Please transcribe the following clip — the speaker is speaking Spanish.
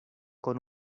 con